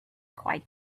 quite